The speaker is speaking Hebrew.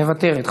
מוותרת.